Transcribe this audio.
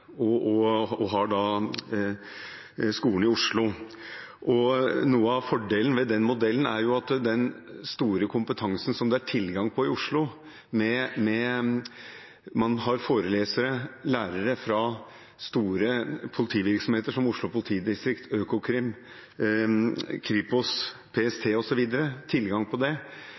og de har da skolen i Oslo. Noe av fordelen med den modellen er den store kompetansen som det er tilgang på i Oslo, med forelesere/lærere fra store politivirksomheter som Oslo politidistrikt, Økokrim, Kripos, PST osv. Man har tilgang på det,